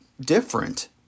different